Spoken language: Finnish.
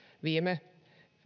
viime